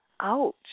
Ouch